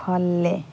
follow